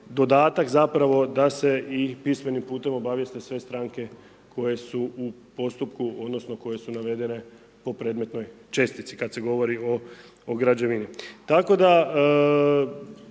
dodatak zapravo da se i pismenim putem obavijeste sve stranke koje su u postupku odnosno koje su navedene po predmetnoj čestici, kad se govorio o građevini.